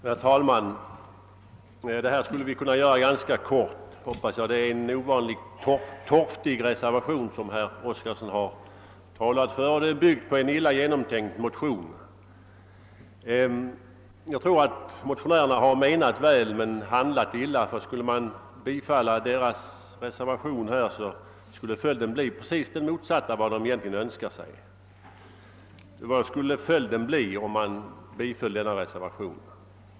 Herr talman! Behandlingen av detta ärende skall vi väl kunna göra ganska kort, hoppas jag. Det är en ovanligt torftig reservation som herr Oskarson har talat för, och den är byggd på en illa genomtänkt motion. Jag tror att motionärerna har menat väl men handlat oriktigt. Skulle riksdagen bifalla deras reservation, skulie nämligen följden bli den motsatta mot vad de har önskat. Vad skulle följden bli om reservationen bifölls?